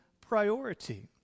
priority